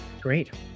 great